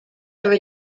are